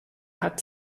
hat